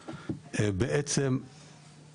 בעצם,